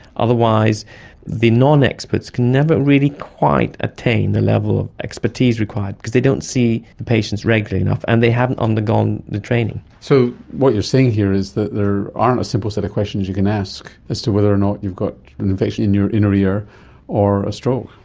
otherwise the non-experts can never really quite attain the level of expertise required because they don't see the patients regularly enough, and they haven't undergone the training. so what you're saying here is that there aren't a simple set of questions you can ask as to whether or not you've got an infection in your inner ear or a stroke.